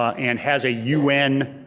ah and has a un